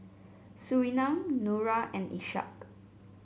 Surinam Nura and Ishak